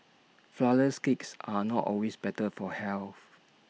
Flourless Cakes are not always better for health